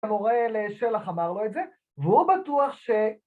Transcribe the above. ‫המורה לשלח אמר לו את זה, ‫והוא בטוח ש...